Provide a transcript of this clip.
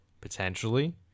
potentially